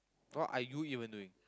what are you even doing